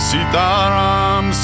Sitaram